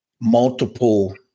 multiple